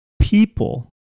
people